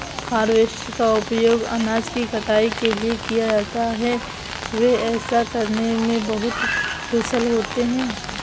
harvester का उपयोग अनाज की कटाई के लिए किया जाता है, वे ऐसा करने में बहुत कुशल होते हैं